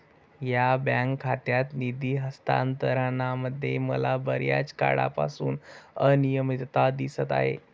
या बँक खात्यात निधी हस्तांतरणामध्ये मला बर्याच काळापासून अनियमितता दिसत आहे